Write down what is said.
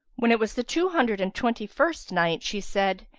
when it was the two hundred and twenty-first night, she said,